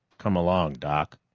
come along, doc.